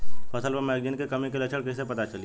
फसल पर मैगनीज के कमी के लक्षण कईसे पता चली?